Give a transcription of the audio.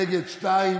נגד, שניים.